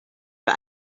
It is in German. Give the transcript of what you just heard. für